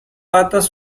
patas